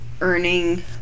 earning